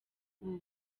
ubu